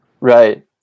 Right